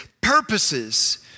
purposes